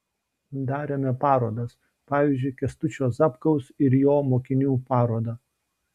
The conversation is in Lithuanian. darėme parodas pavyzdžiui kęstučio zapkaus ir jo mokinių parodą